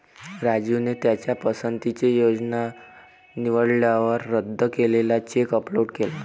राजूने त्याच्या पसंतीची योजना निवडल्यानंतर रद्द केलेला चेक अपलोड केला